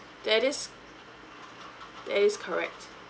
that is that is correct